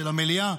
של המליאה,